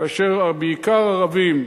בעיקר ערבים,